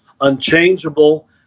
unchangeable